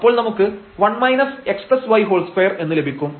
അപ്പോൾ നമുക്ക് 1 xy2 എന്ന് ലഭിക്കും